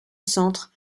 centre